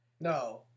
No